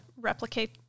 replicate